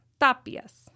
Tapias